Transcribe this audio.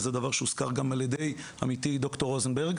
וזה דבר שהוזכר גם על ידי עמיתי ד"ר רוזנברג.